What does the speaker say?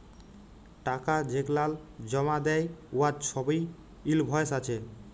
টাকা যেগলাল জমা দ্যায় উয়ার ছবই ইলভয়েস আছে